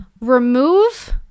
remove